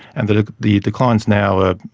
and the the declines now ah